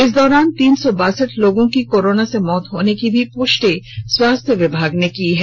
इस दौरान तीन सौ बासठ लोगों की कोरोना से मौत होने की भी पुष्टि स्वास्थय विभाग ने की है